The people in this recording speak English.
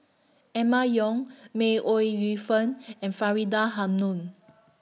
Emma Yong May Ooi Yu Fen and Faridah Hanum